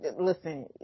Listen